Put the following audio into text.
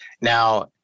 Now